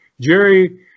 Jerry